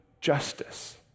justice